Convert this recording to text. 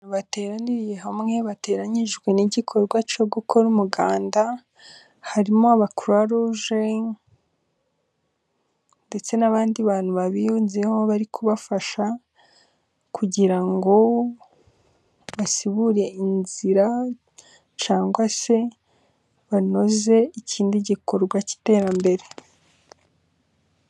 Abantu bateraniriye hamwe bateranyijwe n'igikorwa cyo gukora umuganda harimo: Abakuruwaruje, ndetse n'abandi bantu babiyunzeho bari kubafasha kugira ngo basibure inzira cyangwa se banoze ikindi gikorwa cy'iterambere.